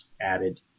added